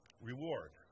reward